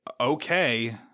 okay